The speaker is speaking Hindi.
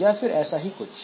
या ऐसा ही कुछ